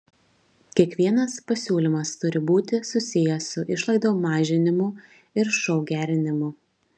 kiekvienas pasiūlymas turi būti susijęs su išlaidų mažinimu ir šou gerinimu